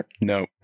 no